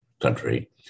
country